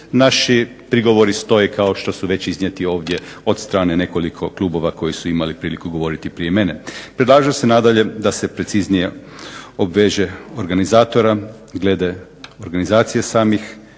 naši prigovori stoje kao što su već iznijeti ovdje od strane nekoliko klubova koji su imali priliku govoriti prije mene. Predlaže se nadalje da se preciznije obveže organizatore, glede organizacije samih